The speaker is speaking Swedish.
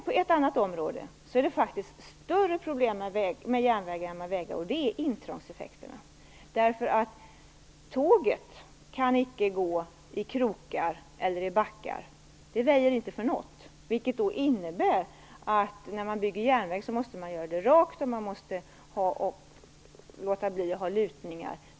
På ett annat område är det faktiskt större problem med järnväg än med vägar, och det är intrångseffekterna. Tåget kan icke gå i krokar eller i backar. Det väjer inte för något. Detta innebär att man när man bygger järnväg måste göra den rak och utan lutningar.